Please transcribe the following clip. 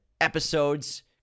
episodes